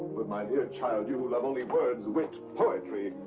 but my dear child, you love only words, wit, poetry!